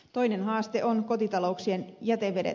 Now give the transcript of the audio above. toinen haaste ovat kotitalouksien jätevedet